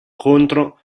contro